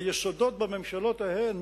היסודות בממשלות ההן,